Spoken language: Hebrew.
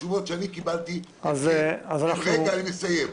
התשובות שקיבלתי --- אז אנחנו --- אני מסיים.